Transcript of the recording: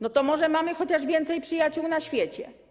No to może mamy chociaż więcej przyjaciół na świecie?